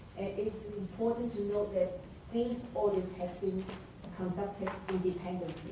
it's important to note that these orders have been conducted independently.